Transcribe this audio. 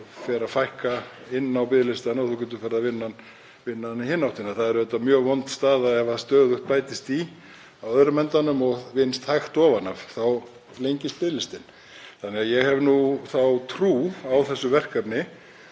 þá fer að fækka inn á biðlistann og þú getur farið að vinna hann í hina áttina. Það er auðvitað mjög vond staða ef stöðugt bætist í á öðrum endanum og vinnst hægt ofan af. Þá lengist biðlistinn. Ég hef trú á þessu verkefni